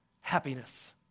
happiness